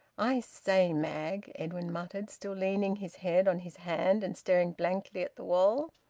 i say, mag, edwin muttered, still leaning his head on his hand, and staring blankly at the wall.